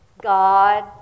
God